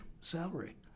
salary